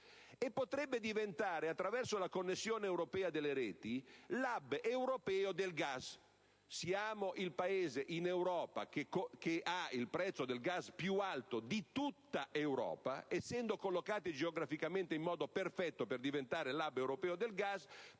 e potrebbe diventare, attraverso la connessione europea delle reti, l'*hub* europeo del gas. Siamo il Paese in Europa che ha il prezzo del gas più alto, pur essendo collocati geograficamente in modo perfetto per diventare l'*hub* europeo del gas,